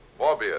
Morbius